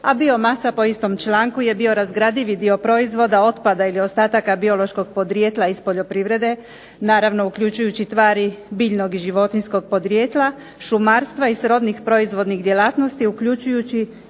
A biomasa po istom članku je biorazgradivi dio proizvoda ili otpada ili ostataka biološkog podrijetla iz poljoprivrede naravno uključujući tvari biljnog ili životinjskog podrijetla, šumarstva i srodnih proizvodnih djelatnosti uključujući